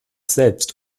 selbst